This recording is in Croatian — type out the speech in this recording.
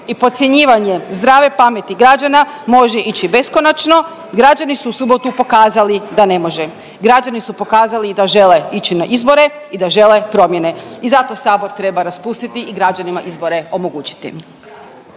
i podcjenjivanje zdrave pameti građana može ići beskonačno građani su u subotu pokazali da ne može, građani su pokazali da žele ići na izbore i da žele promjene i zato Sabor treba raspustiti i građanima izbore omogućiti.